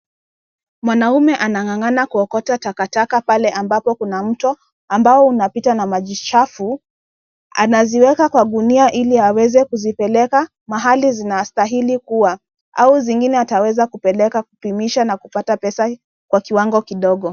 Mwanaume anang'ang'ana kuokota takataka pale ambapo kuna mto ambao unapita na maji chafu. Anaziweka kwa gunia ili aweze kuzipeleka mahali zinastahili kuwa au zingine ataweza kupeleka kupimisha na kupata pesa kwa kiwango kidogo.